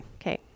okay